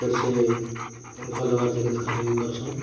ଫେର ସେ ଭଲ ହେବାର୍ ଯାକେ ଦେଖା ଦେଖି କର୍ସୁ